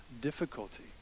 difficulty